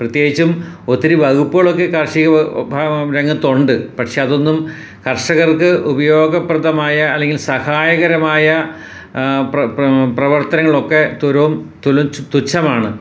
പ്രത്യേകിച്ചും ഒത്തിരി വകുപ്പുകളൊക്കെ കാർഷിക രംഗത്തുണ്ട് പക്ഷേ അതൊന്നും കർഷകർക്ക് ഉപയോഗപ്രദമായ അല്ലെങ്കിൽ സഹായകരമായ പ്ര പ്രവർത്തനങ്ങളൊക്കെ തുലോം തുലോം തുച്ഛമാണ്